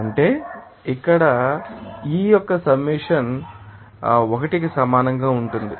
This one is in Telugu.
అంటే ఇక్కడ యి యొక్క సమ్మషన్ 1 కి సమానంగా ఉంటుంది